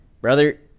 Brother